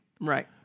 Right